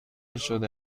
شده